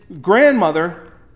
grandmother